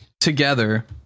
together